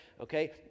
Okay